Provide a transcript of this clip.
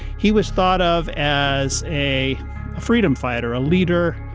he was thought of as a a freedom fighter, a leader,